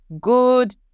Good